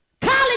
College